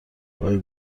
پایه